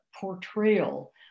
Portrayal